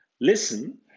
listen